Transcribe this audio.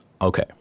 Okay